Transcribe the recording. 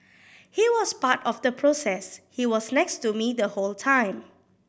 he was part of the process he was next to me the whole time